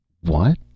What